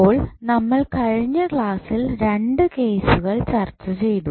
അപ്പോൾ നമ്മൾ കഴിഞ്ഞ ക്ലാസ്സിൽ രണ്ട് കേസുകൾ ചർച്ച ചെയ്തു